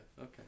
okay